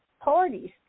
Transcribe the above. parties